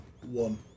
one